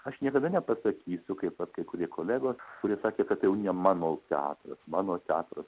aš niekada nepasakysiu kaip vat kai kurie kolegos kurie sakė kad tai jau ne mano teatras mano teatras